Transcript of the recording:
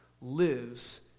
lives